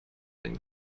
and